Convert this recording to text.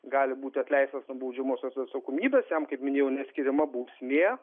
gali būti atleistas nuo baudžiamosios atsakomybės jam kaip minėjau neskiriama bausmė